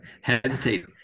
Hesitate